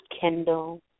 Kendall